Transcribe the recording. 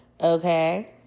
Okay